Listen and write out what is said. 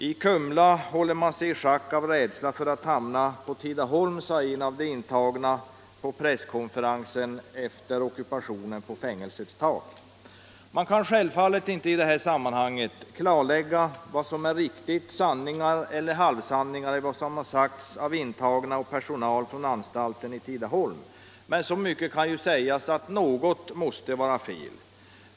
”I Kumla håller man sig i schack av rädsla för att hamna på Tidaholm”, sade en av de intagna på presskonferensen efter aktionen på fängelsets tak. Vi kan självfallet inte i detta sammanhang klarlägga vad som är riktigt, sanning eller halvsanning i det som har sagts av intagna och personal vid anstalten i Tidaholm, men så mycket kan sägas att något måste vara fel.